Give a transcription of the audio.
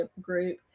Group